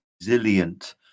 resilient